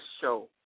show